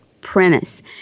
premise